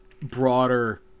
broader